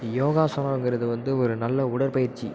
யோகாசனங்கிறது வந்து ஒரு நல்ல உடற்பயிற்சி